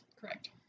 Correct